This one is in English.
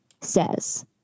says